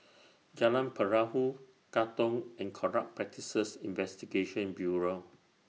Jalan Perahu Katong and Corrupt Practices Investigation Bureau